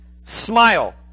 Smile